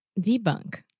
Debunk